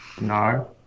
no